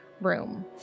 room